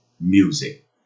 music